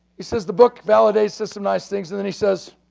he says the book, validate, says some nice things and then he says,